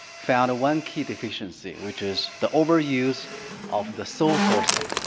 found one key deficiency, which is the overuse of the sole sourcing.